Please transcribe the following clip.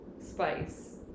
spice